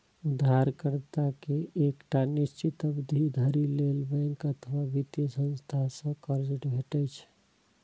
उधारकर्ता कें एकटा निश्चित अवधि धरि लेल बैंक अथवा वित्तीय संस्था सं कर्ज भेटै छै